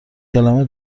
کلمه